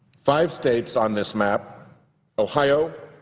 five states on this map ohio,